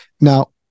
Now